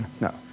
No